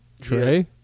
Trey